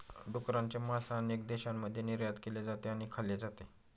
डुकराचे मांस अनेक देशांमध्ये निर्यात केले जाते आणि खाल्ले जाते